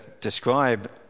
describe